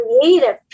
creative